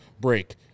break